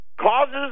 causes